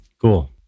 Cool